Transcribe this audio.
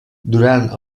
durant